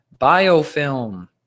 Biofilm